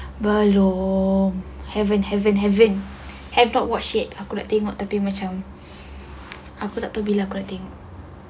belum haven't heven't haven't have not watch yet aku nak tengok tapi macam aku nak pergi lah recording